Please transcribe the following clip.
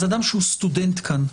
אז אדם שהוא סטודנט כאן,